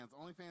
OnlyFans